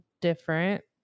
different